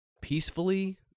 peacefully